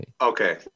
Okay